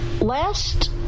last